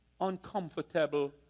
uncomfortable